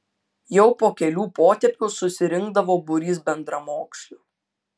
jau po kelių potėpių susirinkdavo būrys bendramokslių